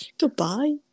Goodbye